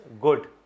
good